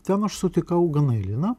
ten aš sutikau ganailiną